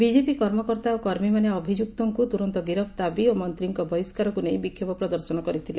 BJP କର୍ମକର୍ତା ଓ କର୍ମୀମାନେ ଅଭିଯ୍ବକ୍ତଙ୍କୁ ତୂରନ୍ତ ଗିରଫ ଦାବୀ ଓ ମନ୍ତୀଙ୍କ ବହିଷ୍କାରକୁ ନେଇ ବିକ୍ଷୋଭ ପ୍ରଦର୍ଶନ କରିଥିଲେ